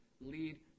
lead